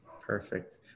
perfect